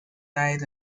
died